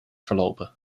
verlopen